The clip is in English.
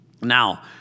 Now